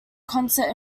concert